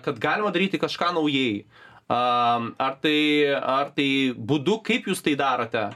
kad galima daryti kažką naujai a ar tai ar tai būdu kaip jūs tai darote